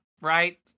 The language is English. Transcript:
right